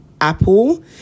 apple